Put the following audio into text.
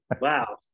wow